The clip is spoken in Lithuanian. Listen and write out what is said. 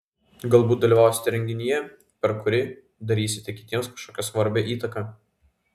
galbūt dalyvausite renginyje per kurį darysite kitiems kažkokią svarbią įtaką